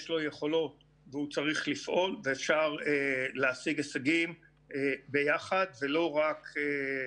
יש לו יכולות והוא צריך לפעול ואפשר להשיג הישגים ביחד ולא רק בחיכוך.